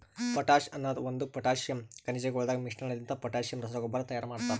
potash ಅನದ್ ಒಂದು potassium ಖನಿಜಗೊಳದಾಗ್ ಮಿಶ್ರಣಲಿಂತ ಪೊಟ್ಯಾಸಿಯಮ್ ರಸಗೊಬ್ಬರ ತೈಯಾರ್ ಮಾಡ್ತರ